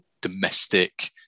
domestic